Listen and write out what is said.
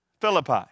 Philippi